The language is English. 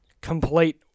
complete